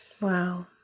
Wow